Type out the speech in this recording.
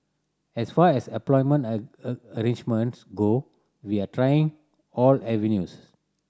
as far as employment a a arrangements go we are trying all avenues